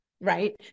Right